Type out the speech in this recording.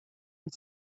and